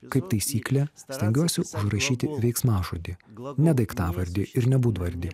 kaip taisyklė stengiuosi užrašyti veiksmažodį ne daiktavardį ir ne būdvardį